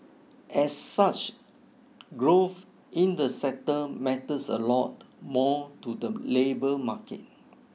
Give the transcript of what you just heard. as such growth in the sector matters a lot more to the labour market